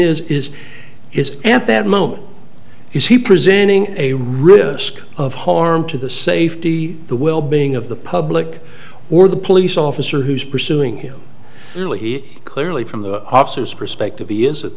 is is is at that moment he presenting a risk of harm to the safety the will being of the public or the police officer who's pursuing him really he clearly from the officers perspective he is at